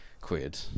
quid